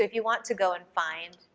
you want to go and find,